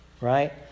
right